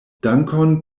dankon